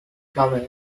plumage